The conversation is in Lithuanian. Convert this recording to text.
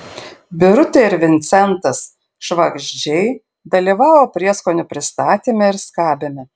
birutė ir vincentas švagždžiai dalyvavo prieskonių pristatyme ir skabyme